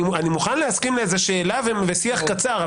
אני מוכן להסכים לאיזה שאלה ושיח קצר,